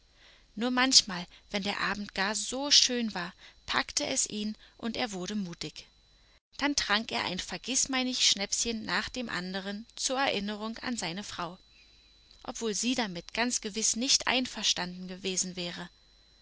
nur manchmal wenn der abend gar so schön war packte es ihn und er wurde mutig dann trank er ein vergißmeinnichtschnäpschen nach dem anderen zur erinnerung an seine frau obwohl sie damit ganz gewiß nicht einverstanden gewesen wäre